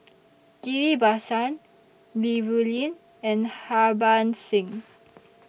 Ghillie BaSan Li Rulin and Harbans Singh